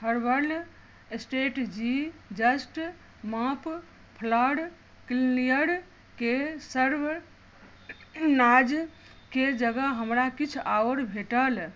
herbal strategy just mop floor cleaner के सरवनाजके जगह हमरा किछु आओर भेटल